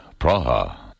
Praha